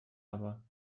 aber